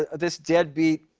this deadbeat,